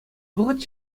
вӑхӑт